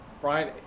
Brian